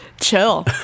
chill